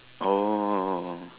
oh